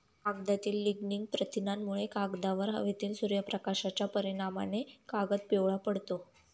कागदातील लिग्निन प्रथिनांमुळे, कागदावर हवेतील सूर्यप्रकाशाच्या परिणामाने कागद पिवळा पडतो